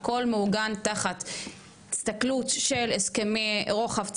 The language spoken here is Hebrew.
שם הכול מעוגן תחת הסתכלות של הסכמי רוחב,